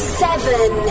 seven